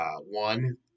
one